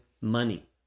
money